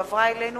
שהחזירה,